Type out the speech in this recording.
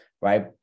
right